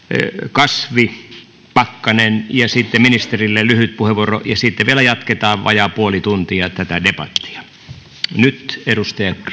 kasvi pakkanen ja sitten ministerille lyhyt puheenvuoro ja sitten vielä jatketaan vajaa puoli tuntia tätä debattia nyt edustaja